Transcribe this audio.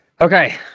Okay